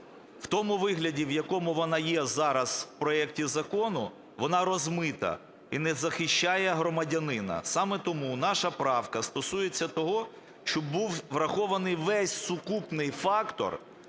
В тому вигляді, в якому вона є зараз у проекті закону, вона розмита і не захищає громадянина. Саме тому наша правка стосується того, щоб був врахований весь сукупний фактор,